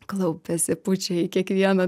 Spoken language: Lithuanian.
klaupiasi pučia į kiekvieną